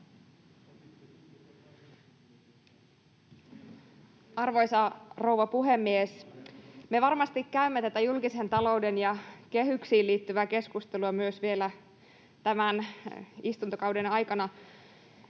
Arvoisa rouva puhemies! Me varmasti käymme tätä julkisen talouden kehyksiin liittyvää keskustelua myös vielä tämän istuntokauden aikana